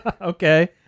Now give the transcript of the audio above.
Okay